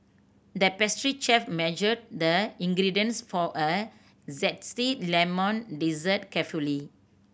the pastry chef measured the ingredients for a zesty lemon dessert carefully